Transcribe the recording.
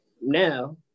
Now